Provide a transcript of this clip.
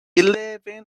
eleven